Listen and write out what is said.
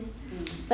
then